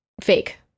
fake